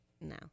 no